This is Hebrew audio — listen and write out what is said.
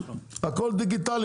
הכול דיגיטלי.